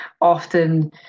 often